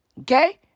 Okay